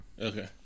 Okay